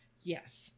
Yes